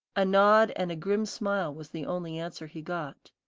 a nod and a grim smile was the only answer he got.